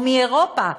או מאירופה,